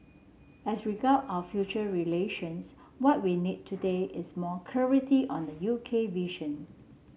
as regard our future relations what we need today is more clarity on the U K vision